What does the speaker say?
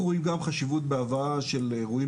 אנחנו רואים גם חשיבות בהבאה של אירועים